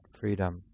freedom